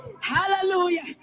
Hallelujah